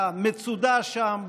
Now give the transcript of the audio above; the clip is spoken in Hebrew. במצודה שם,